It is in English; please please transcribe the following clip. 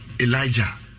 Elijah